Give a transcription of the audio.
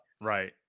right